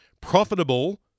profitable